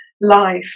life